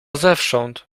zewsząd